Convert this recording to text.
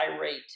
rate